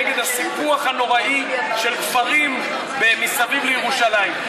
נגד הסיפוח הנוראי של כפרים מסביב לירושלים.